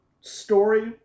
story